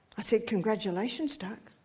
i said, congratulations, doug.